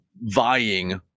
vying